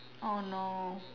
oh no